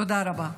תודה רבה.